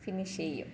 finish ചെയ്യും